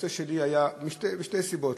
משתי סיבות.